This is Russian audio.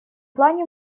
плане